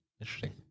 Interesting